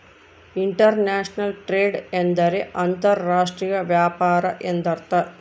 inter national trade ಎಂದರೆ ಅಂತರ್ ರಾಷ್ಟ್ರೀಯ ವ್ಯಾಪಾರ ಎಂದರ್ಥ